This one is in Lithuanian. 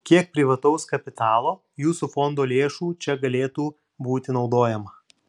kiek privataus kapitalo jūsų fondo lėšų čia galėtų būti naudojama